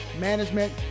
Management